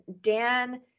Dan